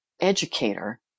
educator